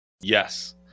Yes